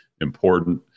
important